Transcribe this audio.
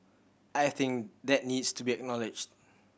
I think that needs to be acknowledged